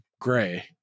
gray